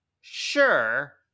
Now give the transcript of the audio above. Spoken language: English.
sure